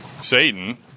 Satan